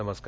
नमस्कार